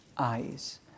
eyes